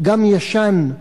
גם ישן,